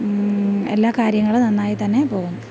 എല്ലാ കാര്യങ്ങളും നന്നായി തന്നെ പോകുന്നു